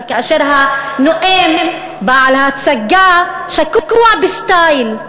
כאשר הנואם בעל ההצגה שקוע בסטייל,